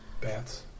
Bats